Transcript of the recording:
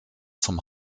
zum